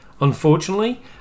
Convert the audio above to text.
Unfortunately